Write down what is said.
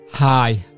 Hi